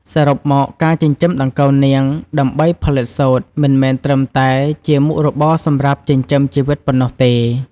សរុបមក ការចិញ្ចឹមដង្កូវនាងដើម្បីផលិតសូត្រមិនមែនត្រឹមតែជាមុខរបរសម្រាប់ចិញ្ចឹមជីវិតប៉ុណ្ណោះទេ។